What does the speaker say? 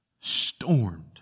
stormed